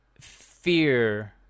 fear